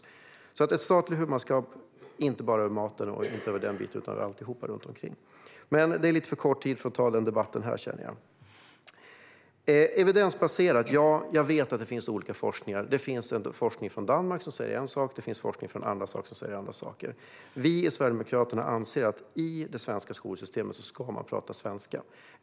Det handlar om ett statligt huvudmannaskap inte bara över maten utan över allt runt omkring. Men vi har för kort om tid för att ta den debatten här. Sedan var det frågan om evidensbaserad forskning. Jag vet att det finns forskning från Danmark som säger en sak, och det finns forskning från andra håll som säger andra saker. Vi i Sverigedemokraterna anser att i det svenska skolsystemet ska man tala svenska.